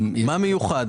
מה מיוחד?